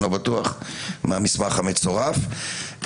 מהמסמך המצורף,